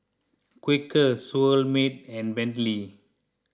Quaker Seoul Mart and Bentley